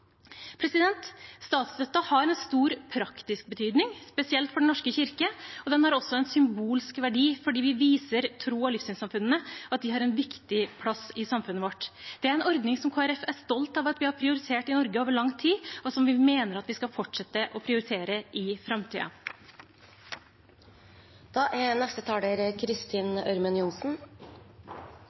har en stor praktisk betydning, spesielt for Den norske kirke. Den har også en symbolsk verdi, fordi vi viser tros- og livssynssamfunnene at de har en viktig plass i samfunnet vårt. Det er en ordning som Kristelig Folkeparti er stolt av at vi har prioritert i Norge over lang tid, og som vi mener at vi skal fortsette å prioritere i